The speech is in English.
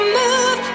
move